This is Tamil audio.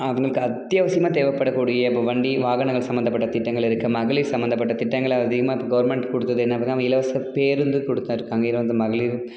அவர்களுக்கு அத்தியாவசமாக தேவைப்படக்கூடிய இப்போ வண்டி வாகனங்கள் சம்பந்தப்பட்ட திட்டங்கள் இருக்குது மகளிர் சம்பந்தப்பட்ட திட்டங்கள் அதிகமாக இப்போ கவர்மெண்ட் கொடுத்தது என்ன அப்படின்னா இலவச பேருந்து கொடுத்துருக்காங்க இலவச மகளிர்